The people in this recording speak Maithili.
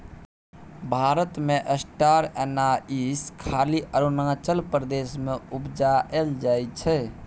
भारत मे स्टार एनाइस खाली अरुणाचल प्रदेश मे उपजाएल जाइ छै